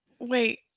wait